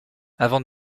avant